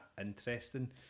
interesting